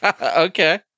Okay